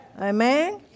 Amen